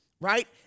right